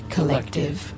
Collective